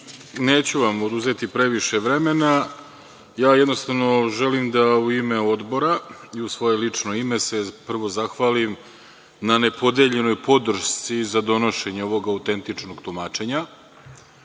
neću vam oduzeti previše vremena. Ja jednostavno želim da se u ime odbora i u svoje lično ime zahvalim na nepodeljenoj podršci za donošenje ovog autentičnog tumačenja.